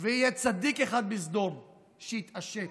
שיהיה צדיק אחד בסדום שיתעשת,